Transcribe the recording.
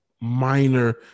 minor